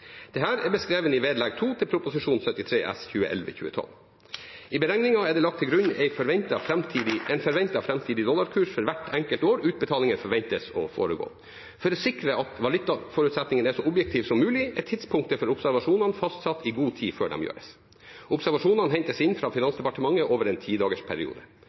er beskrevet i vedlegg 2 til Prop. 73 S for 2011–2012. I beregningen er det lagt til grunn en forventet framtidig dollarkurs for hvert enkelt år utbetalinger forventes å foregå. For å sikre at valutaforutsetningen er så objektiv som mulig, er tidspunktet for observasjonene fastsatt i god tid før de gjøres. Observasjonene hentes inn fra Finansdepartementet over en